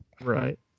Right